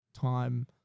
time